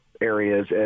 areas